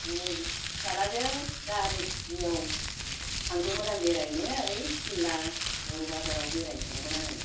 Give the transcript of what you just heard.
आङो फिसाज्लाजों गारियाव थांदोंमोन आं बेरायनो ओइ सिमला बर' बाजाराव बेरायनो थांदोंमोन आङो